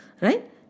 right